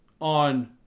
on